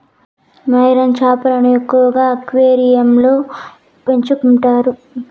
marine చేపలను ఎక్కువగా అక్వేరియంలలో పెంచుకుంటారు